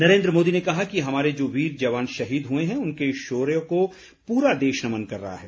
नरेन्द्र मोदी ने कहा कि हमारे जो वीर जवान शहीद हुए हैं उनके शौर्य को पूरा देश नमन कर रहा है